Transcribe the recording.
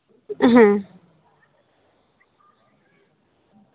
ᱦᱮᱸ